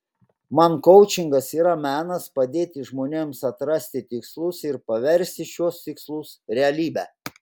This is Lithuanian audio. man koučingas yra menas padėti žmonėms atrasti tikslus ir paversti šiuos tikslus realybe